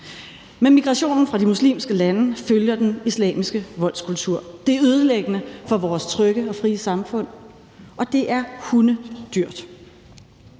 Med migrationen fra de muslimske lande følger den islamiske voldskultur. Det er ødelæggende for vores trygge og frie samfund, og det er hundedyrt.